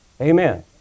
Amen